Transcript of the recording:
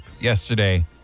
Yesterday